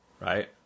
Right